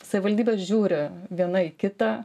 savivaldybės žiūri viena į kitą